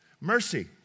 mercy